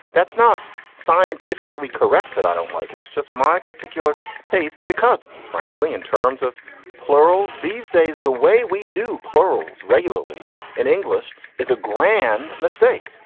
that's not scientifically correct that i don't like it. it's just my particular taste. because, frankly, in terms of plurals these days, the way we do plurals regularly regularly in english is a grand mistake.